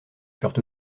furent